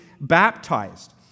baptized